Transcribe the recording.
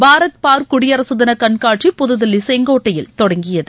பாரத் பார்வ் குடியரசு தின கண்காட்சி புதுதில்லி செங்கோட்டையில் தொடங்கியது